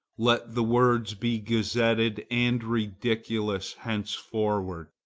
let the words be gazetted and ridiculous henceforward.